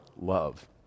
love